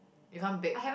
you can't bake